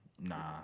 Nah